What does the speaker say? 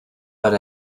but